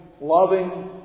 loving